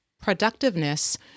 productiveness